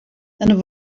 and